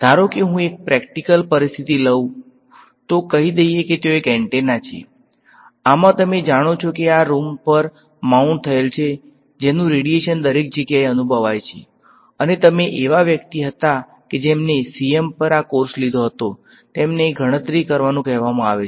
ધારો કે હું એક પ્રેક્ટીકલ પરિસ્થિતિ લઈ લઉં તો કહી દઈએ કે ત્યાં એન્ટેના છે આમાં તમે જાણો છો કે આ રૂમ પર માઉન્ટ થયેલ છે જે તેનુ રેડીએશન દરેક જગ્યાએ અનુભવાય છે અને તમે એવા વ્યક્તિ હતા કે જેમને CM પર આ કોર્સ લિધો હતો તેમને ગણતરી કરવાનું કહેવામાં આવે છે